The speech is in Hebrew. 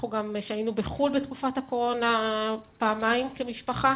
אנחנו גם שהינו בחו"ל בתקופת הקורונה פעמיים כמשפחה